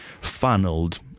funneled